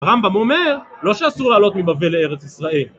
הרמב"ם אומר, לא שאסור לעלות מבבל לארץ ישראל